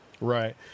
Right